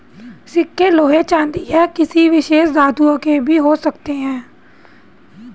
सिक्के लोहे चांदी या किसी विशेष धातु के भी हो सकते हैं